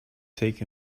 take